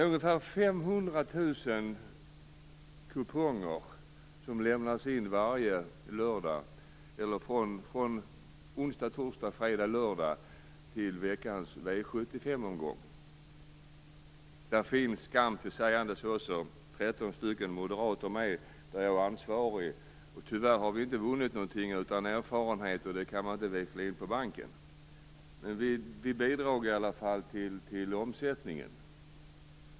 Ungefär 500 000 kuponger lämnas onsdag till lördag in till veckans V 75-omgång. Där finns skam till sägandes också 13 moderater med, och jag är ansvarig. Tyvärr har vi inte vunnit något utom erfarenheter, och det kan man inte växla in på banken. Vi bidrar i alla fall till omsättningen.